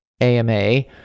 AMA